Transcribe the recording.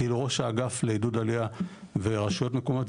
כאילו ראש האגף לעידוד עלייה ורשויות מקומיות,